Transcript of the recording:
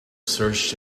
searched